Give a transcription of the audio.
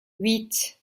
huit